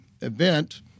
event